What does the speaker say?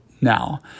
now